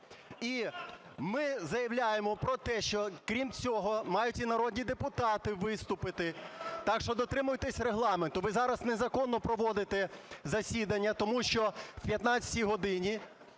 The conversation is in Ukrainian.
І ми заявляємо про те, що крім цього мають і народні депутати виступити, так що дотримуйтесь Регламенту. Ви зараз незаконно проводите засідання, тому що о 15 годині